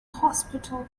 hospital